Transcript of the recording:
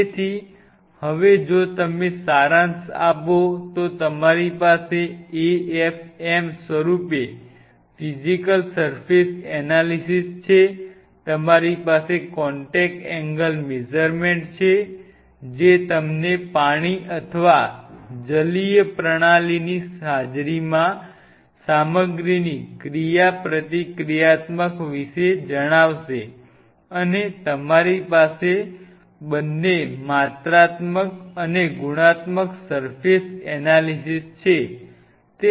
તેથી હવે જો તમે સારાંશ આપો તો તમારી પાસે AFM સ્વરૂપે ફિઝિકલ સર્ફેસ એનાલિસિસ છે તમારી પાસે કોન્ટેક એંગલ મેઝર્મેન્ટ છે જે તમને પાણી અથવા જલીય પ્રણાલીની હાજરીમાં સામગ્રીની ક્રિયાપ્રતિક્રિયાત્મક વિશે જણાવશે અને તમારી પાસે બંને માત્રાત્મક અને ગુણાત્મક સર્ફેસ એનાલિસિસ છે